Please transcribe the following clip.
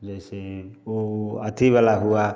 जैसे ओ अथी वाला हुआ